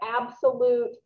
absolute